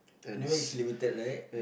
you know it's limited right